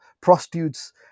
prostitutes